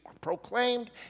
proclaimed